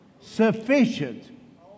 sufficient